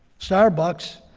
starbucks,